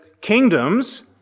kingdoms